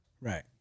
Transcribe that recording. Right